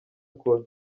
akora